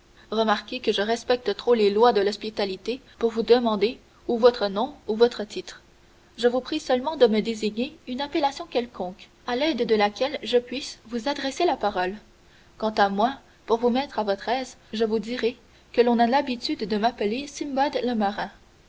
remarquez que je respecte trop les lois de l'hospitalité pour vous demander ou votre nom ou votre titre je vous prie seulement de me désigner une appellation quelconque à l'aide de laquelle je puisse vous adresser la parole quant à moi pour vous mettre à votre aise je vous dirai que l'on a l'habitude de m'appeler